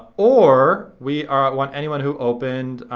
or we ah want anyone who opened